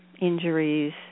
injuries